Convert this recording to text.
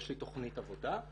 יש לי תכנית עבודה,